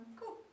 Cool